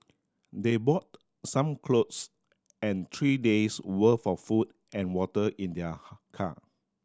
they bought some clothes and three days' worth of food and water in their car